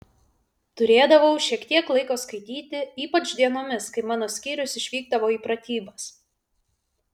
turėdavau šiek tiek laiko skaityti ypač dienomis kai mano skyrius išvykdavo į pratybas